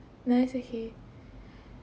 no it's okay